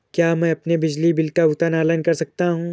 क्या मैं अपने बिजली बिल का भुगतान ऑनलाइन कर सकता हूँ?